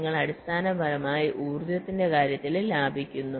നിങ്ങൾ അടിസ്ഥാനപരമായി ഊർജ്ജത്തിന്റെ കാര്യത്തിലും ലാഭിക്കുന്നു